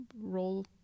role